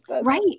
Right